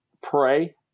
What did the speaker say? pray